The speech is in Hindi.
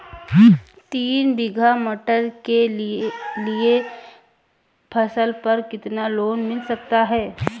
तीन बीघा मटर के लिए फसल पर कितना लोन मिल सकता है?